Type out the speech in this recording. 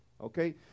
Okay